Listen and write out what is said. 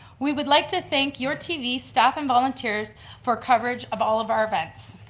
we would like to thank your tv staff and volunteers for coverage of all of our events.